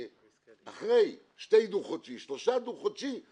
אחרי שני דו חודשי, שלושה דו חודשי,